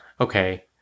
okay